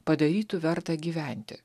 padarytų vertą gyventi